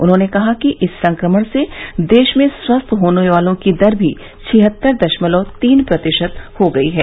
उन्होंने कहा कि इस संक्रमण से देश में स्वस्थ होने वालों की दर भी छिहत्तर दशमलव तीन प्रतिशत हो गयी है